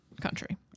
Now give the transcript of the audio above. country